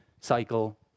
cycle